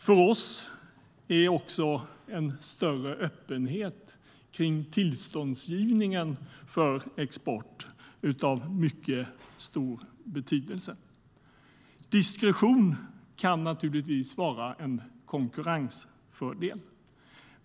För oss är också en större öppenhet om tillståndsgivningen för export av mycket stor betydelse. Diskretion kan naturligtvis vara en konkurrensfördel.